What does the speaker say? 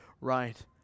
right